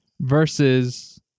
versus